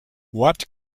what